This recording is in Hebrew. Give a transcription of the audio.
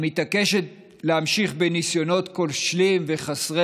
המתעקשת להמשיך בניסיונות כושלים וחסרי